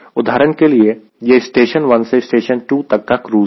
उदाहरण के लिए यह स्टेशन 1 से स्टेशन 2 तक का क्रूज़ है